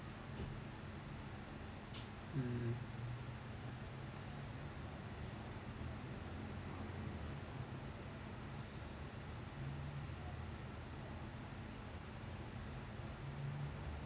um